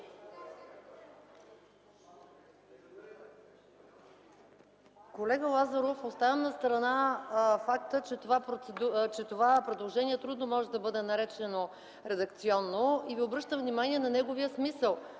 Колега Лазаров, оставам настрана факта, че това предложение трудно може да бъде наречено редакционно. Обръщам Ви внимание на неговия смисъл.